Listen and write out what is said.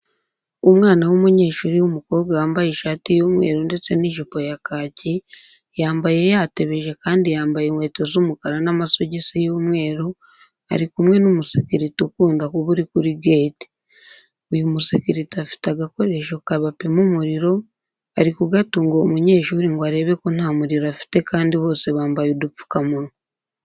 Umwana w'umunyeshuri w'umukobwa wambaye ishati y'umweru ndetse n'ijipo ya kaki, yambaye yatebeje kandi yambaye inkweto z'umukara n'amasogisi y'umweru, ari kumwe n'umusekirite ukunda kuba uri kuri gate. Uyu musekirite afite agakoresho bapimisha umuriro, ari kugatunga uwo munyeshuri ngo arebe ko nta muriro afite kandi bose bambaye udupfukamunwa.